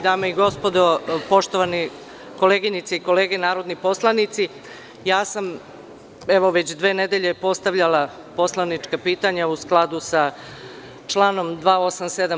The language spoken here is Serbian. Dame i gospodo poštovane kolege i koleginice narodni poslanici, već dve nedelje sam postavljala poslanička pitanja u skladu sa članom 287.